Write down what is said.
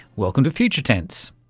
welcome to future tense.